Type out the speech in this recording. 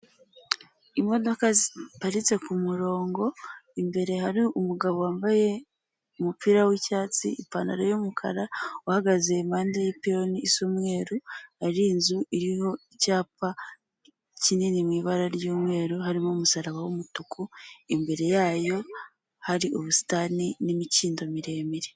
Imodoka ziparitse ku murongo, imbere hari umugabo wambaye umupira w'icyatsi ipantaro y'umukara uhagaze impande y'ipironi isa umweru hari inzu iriho icyapa kinini mu ibara ry'umweru harimo umusaraba w'umutuku imbere yayo hari ubusitani n'imikindo miremire